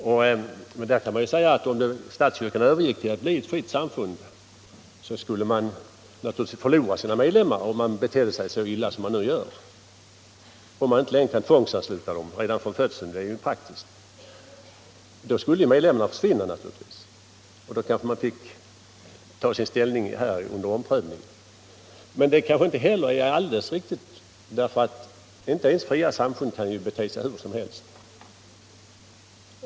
Och där kan det ju sägas, att om statskyrkan övergick till att bli ett fritt samfund skulle man naturligtvis förlora sina medlemmar, om man betedde sig så illa som man nu gör - om man inte längre kan tvångsansluta medlemmarna redan från födelsen, vilket nu sker. Då skulle medlemmarna givetvis försvinna, och då kanske man fick ta sin ställning under omprövning. Inte ens fria samfund kan bete sig hur som helst.